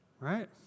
Right